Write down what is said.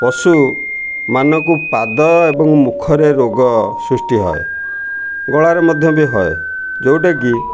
ପଶୁମାନଙ୍କୁ ପାଦ ଏବଂ ମୁଖରେ ରୋଗ ସୃଷ୍ଟି ହୁଏ ଗଳାରେ ମଧ୍ୟ ବି ହୁଏ ଯୋଉଟାକି